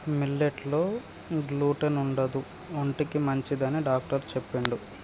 millet లో gluten ఉండదు ఒంటికి మంచిదని డాక్టర్ చెప్పిండు